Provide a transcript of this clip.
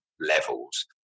levels